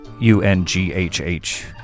U-N-G-H-H